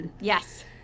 Yes